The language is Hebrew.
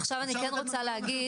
עכשיו אני כן רוצה להגיד,